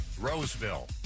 roseville